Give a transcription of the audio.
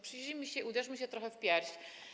Przyjrzyjmy się i uderzmy się trochę w pierś.